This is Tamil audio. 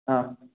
ஆ